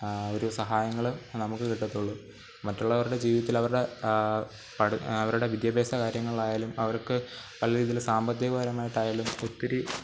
ഒരു സഹായങ്ങൾ നമുക്ക് കിട്ടത്തുള്ളു മറ്റുള്ളവരുടെ ജീവിതത്തിലവരുടെ പട് അവരുടെ വിദ്യാഭ്യാസ കാര്യങ്ങളിലായാലും അവർക്ക് നല്ല രീതിയിൽ സാമ്പത്തിക പരമായിട്ടായാലും ഒത്തിരി